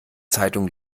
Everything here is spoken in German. zeitung